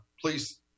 Please